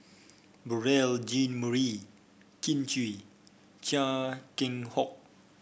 Beurel Jean Marie Kin Chui Chia Keng Hock